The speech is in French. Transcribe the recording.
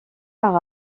par